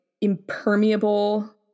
impermeable